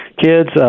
kids